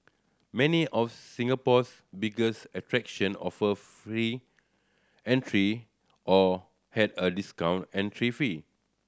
many of Singapore's biggest attraction offered free entry or had a discounted entrance fee